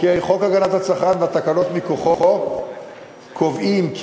חוק הגנת הצרכן והתקנות מכוחו קובעים כי